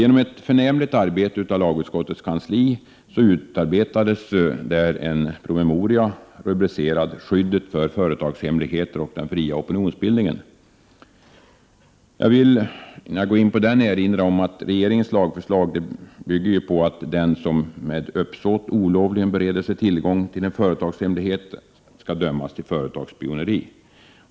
Tack vare ett förnämligt arbete inom lagutskottets kansli kunde en promemoria utarbetas, rubricerad Skyddet för företagshemligheter och den fria opinionsbildningen. Innan jag går in på denna promemoria vill jag erinra om att regeringens lagförslag bygger på tesen att den som med uppsåt olovligen bereder sig tillgång till en företagshemlighet skall dömas för företagsspioneri.